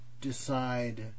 decide